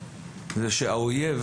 זה שהאויב